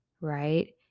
right